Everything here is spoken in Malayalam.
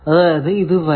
അതായതു ഇത് വരെ